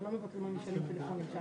שעכשיו לקחת את זה רחוק מדי.